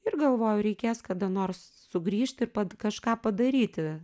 ir galvoju reikės kada nors sugrįžt ir kažką padaryti